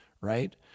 right